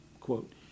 Quote